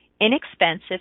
inexpensive